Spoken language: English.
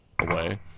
away